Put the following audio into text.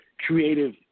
Creative